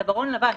צווארון לבן,